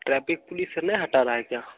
traffic police नहीं हटा रहा है क्या